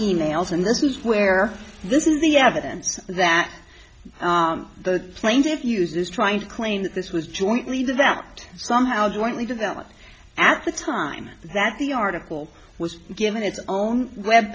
e mails and this is where this is the evidence that the plaintiff uses trying to claim that this was jointly devout somehow jointly developed at the time that the article was given its own web